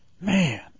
Man